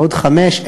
עוד חמש,